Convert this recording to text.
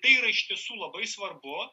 tai yra iš tiesų labai svarbu